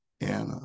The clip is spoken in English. Anna